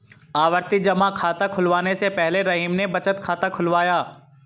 आवर्ती जमा खाता खुलवाने से पहले रहीम ने बचत खाता खुलवाया